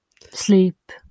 Sleep